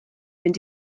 mynd